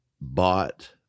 bought